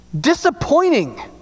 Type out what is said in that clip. Disappointing